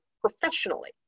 professionally